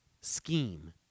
scheme